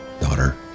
daughter